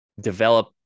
develop